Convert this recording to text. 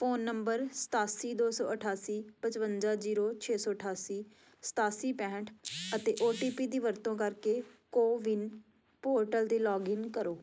phone number ਸਤਾਸੀ ਦੋ ਸੌ ਅਠਾਸੀ ਪਚਵੰਜਾ ਜੀਰੋ ਛੇ ਸੌ ਅਠਾਸੀ ਸਤਾਸੀ ਪੈਂਹਠ ਅਤੇ ਓ ਟੀ ਪੀ ਦੀ ਵਰਤੋਂ ਕਰਕੇ ਕੋਵਿਨ ਪੋਰਟਲ 'ਤੇ ਲੌਗਇਨ ਕਰੋ